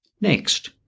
Next